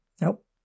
Nope